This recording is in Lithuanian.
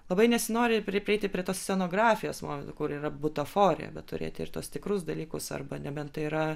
labai nesinori pri prieiti prie tos scenografijos o kur yra butaforija bet turėti ir tuos tikrus dalykus arba nebent tai yra